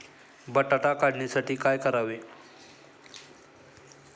बटाटा काढणीसाठी काय वापरावे?